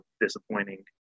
disappointing